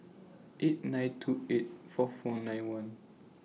eight nine two eight four four nine one